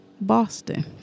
boston